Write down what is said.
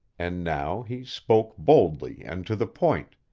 and now he spoke boldly and to the point,